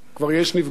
כבר יש נפגעים,